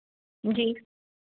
जी